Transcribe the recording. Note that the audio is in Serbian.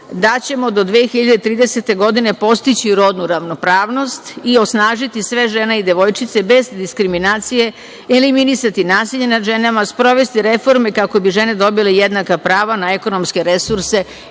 da ćemo do 2030. godine postići rodnu ravnopravnost i osnažiti sve žene i devojčice, bez diskriminacije, eliminisati nasilje nad ženama i sprovesti reforme kako bi žene dobile jednaka prava, na ekonomske resurse,